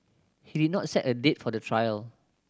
he did not set a date for the trial